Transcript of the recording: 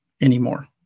anymore